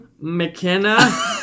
McKenna